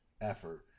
effort